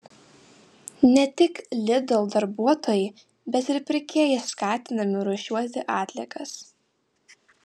ne tik lidl darbuotojai bet ir pirkėjai skatinami rūšiuoti atliekas